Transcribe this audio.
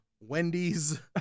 wendy's